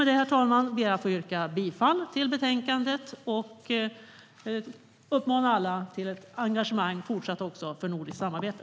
Med det ber jag att få yrka bifall till förslaget i betänkandet och uppmana alla till ett fortsatt engagemang för nordiskt samarbete.